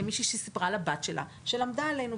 שמישהי שסיפרה לבת שלה שהיא למדה עלינו.